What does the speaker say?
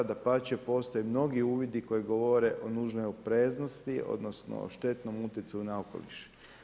Dapače, postoje mnogi uvidi koji govore o nužnoj opreznosti, odnosno, o štetnom utjecaju na okoliš.